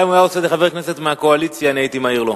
גם אם היה עושה לחבר הכנסת מהקואליציה אני הייתי מעיר לו.